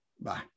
Bye